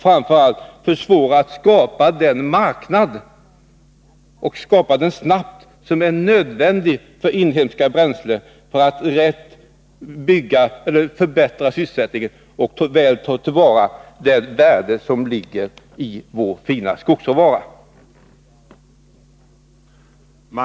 Framför allt försvårar vi för möjligheterna att snabbt skapa den marknad för inhemska bränslen som är nödvändig, så att vi därmed kan förbättra sysselsättningen och väl ta till vara det värde som ligger i vår fina skogsråvara.